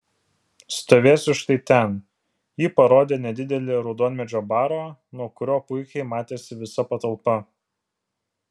stovėsiu štai ten ji parodė nedidelį raudonmedžio barą nuo kurio puikiai matėsi visa patalpa